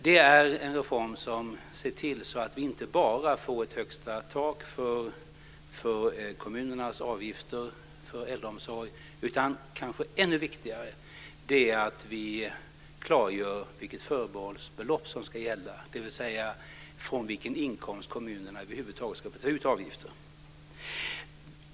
Det är en reform som ser till inte bara att vi får ett högsta tak för kommunernas avgifter för äldreomsorg utan också, vilket kanske är ännu viktigare, att vi klargör vilket förbehållsbelopp som ska gälla, dvs. från vilken inkomst kommunerna över huvud taget ska få ta ut avgifter.